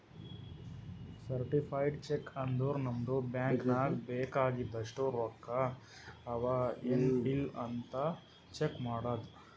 certified cheque ಅಂದುರ್ ನಮ್ದು bank ನಾಗ್ ಬೇಕ್ ಆಗಿದಷ್ಟು ರೊಕ್ಕಾ ಅವಾ ಎನ್ ಇಲ್ಲ್ ಅಂತ್ ಚೆಕ್ ಮಾಡದ್